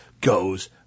goes